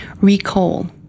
recall